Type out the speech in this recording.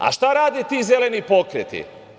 A, šta rade ti zeleni pokreti?